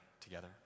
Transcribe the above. together